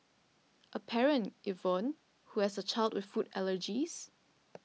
a parent Yvonne who has a child with food allergies